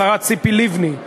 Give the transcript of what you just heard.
השרה ציפי לבני,